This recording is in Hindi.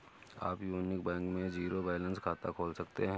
आप यूनियन बैंक में जीरो बैलेंस खाता खोल सकते हैं